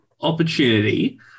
opportunity